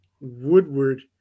Woodward